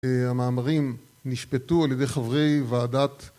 המאמרים נשפטו על ידי חברי ועדת...